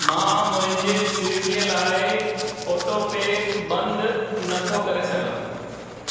मां मुंहिंजे स्विग्गी लाइ ऑटोपे बंदि नथो करे सघां